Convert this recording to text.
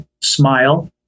Smile